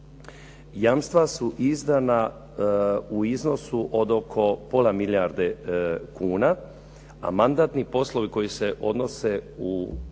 Jamstva su izdana u iznosu od oko pola milijarde kuna, a mandatni poslovi koji se odnose